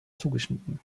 zugeschnitten